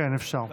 כן, אפשר.